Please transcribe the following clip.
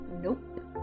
Nope